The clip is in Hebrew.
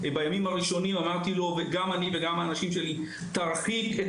אבל בימים הראשונים גם אני וגם האנשים שלי אמרנו לו: ״תרחיק את